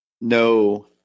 No